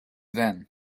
then